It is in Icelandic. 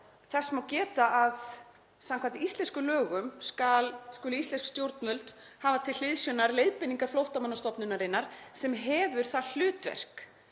Þess má geta að samkvæmt íslenskum lögum skulu íslensk stjórnvöld hafa til hliðsjónar leiðbeiningar Flóttamannastofnunarinnar sem hefur það hlutverk